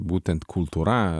būtent kultūra